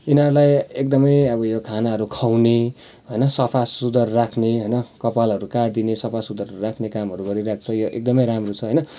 यिनीहरूलाई एकदमै अब यो खानाहरू खुवाउने होइन सफा सुग्घर राख्ने होइन कपालहरू काटिदिने सफा सुग्घर राख्ने कामहरू गरिरहेको छ यो एकदमै राम्रो छ होइन